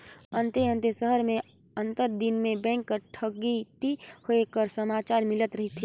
अन्ते अन्ते सहर में आंतर दिन बेंक में ठकइती होए कर समाचार मिलत रहथे